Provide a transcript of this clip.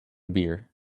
beer